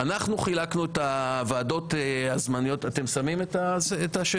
אנחנו חילקנו את הוועדות הזמניות --- (מוצג